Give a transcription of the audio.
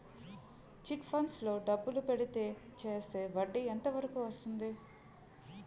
Chit funds లో డబ్బులు పెడితే చేస్తే వడ్డీ ఎంత వరకు వస్తుంది?